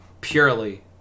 purely